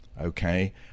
okay